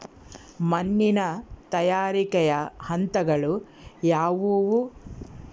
ಮಣ್ಣಿನ ತಯಾರಿಕೆಯ ಹಂತಗಳು ಯಾವುವು?